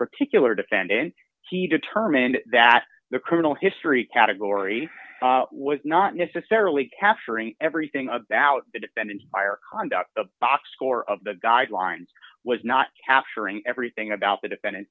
particular defendant he determined that the criminal history category was not necessarily capturing everything about the defendant or conduct the box score of the guidelines was not capturing everything about the defendant